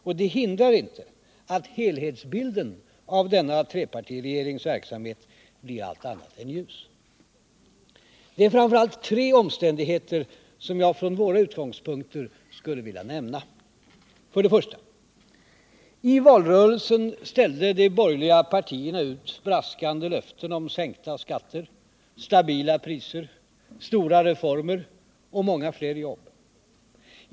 Men det hindrar inte att helhetsbilden av denna trepartiregerings verksamhet blir allt annat än ljus. Det är framför allt tre omständigheter som jag från våra utgångspunkter skulle vilja nämna. För det första: I valrörelsen ställde de borgerliga partierna ut braskande löften om sänkta skatter, stabila priser, stora reformer och många fler jobb.